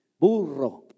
Burro